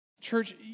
Church